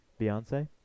Beyonce